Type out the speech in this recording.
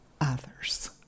others